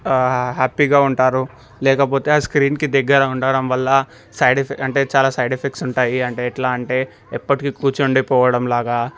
హ్యాపీగా ఉంటారు లేకపోతే ఆ స్క్రీన్కి దగ్గర ఉండటం వల్ల సైడ్ ఎఫ్ అంటే చాలా సైడ్ ఎఫెక్ట్స్ ఉంటాయి అంటే ఎట్లా అంటే ఎప్పటికీ కూర్చుండిపోవడం లాగా